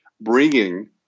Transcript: bringing